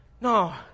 no